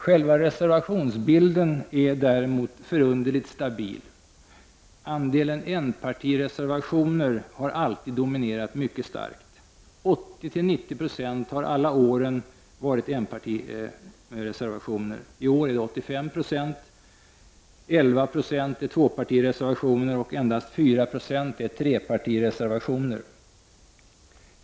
Själva reservationsbilden är däremot förunderligt stabil. Antalet enpartireservationer har alltid dominerat mycket starkt. Under alla år har 80-90 20 varit enpartireservationer. I år är det 85 26, mot 11 96 tvåpartireservationer och endast 4 7 trepartireservationer.